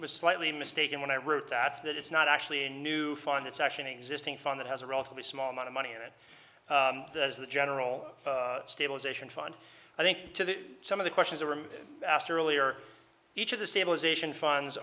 was slightly mistaken when i wrote that that it's not actually a new fund it's actually existing fund that has a relatively small amount of money in it as the general stabilization fund i think to some of the questions were asked earlier each of the stabilization funds